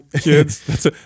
Kids